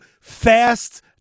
Fast